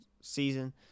season